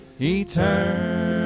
eternal